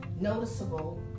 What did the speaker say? noticeable